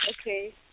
Okay